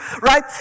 right